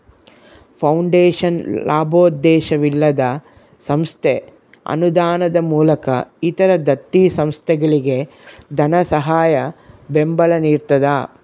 foundation ಲಾಭೋದ್ದೇಶವಿಲ್ಲದ ಸಂಸ್ಥೆ ಅನುದಾನದ ಮೂಲಕ ಇತರ ದತ್ತಿ ಸಂಸ್ಥೆಗಳಿಗೆ ಧನಸಹಾಯ ಬೆಂಬಲ ನಿಡ್ತದ